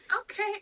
okay